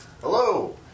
Hello